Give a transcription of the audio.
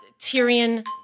Tyrion